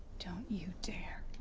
don't you dare.